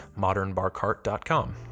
modernbarcart.com